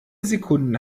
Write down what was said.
sekunden